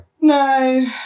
No